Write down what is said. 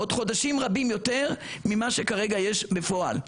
עוד חודשים רבים יותר ממה שכרגע יש בפועל.